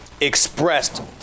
expressed